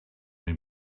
him